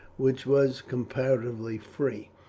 which was comparatively free.